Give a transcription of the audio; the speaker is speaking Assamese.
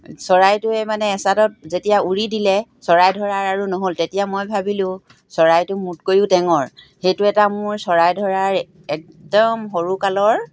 চৰাইটোৱে মানে এচাদত যেতিয়া উৰি দিলে চৰাই ধৰাৰ আৰু নহ'ল তেতিয়া মই ভাবিলোঁ চৰাইটো মোতকৈও টেঙৰ সেইটো এটা মোৰ চৰাই ধৰাৰ একদম সৰুকালৰ